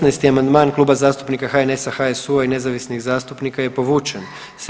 16. amandman Klub zastupnika HNS-a, HSU-a i nezavisnih zastupnika je povučen.